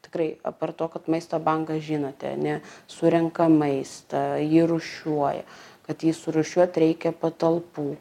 tikrai apart to kad maisto bankas žinote ane surenka maistą jį rūšiuoja kad jį surūšiuot reikia patalpų